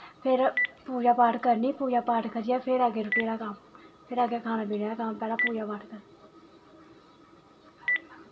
फिर पूजा पाठ करनी पूजा पाठ करियै फिर अग्गै रुट्टी दा कम्म फिर अग्गें खाने पीने आह्ला कम्म पैह्ले पूजा पाठ कर